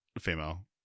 female